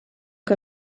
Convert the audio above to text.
que